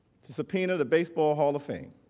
to subpoena the baseball hall of fame.